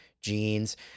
jeans